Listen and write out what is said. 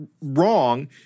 wrong